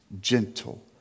gentle